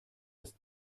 ist